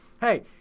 hey